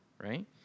right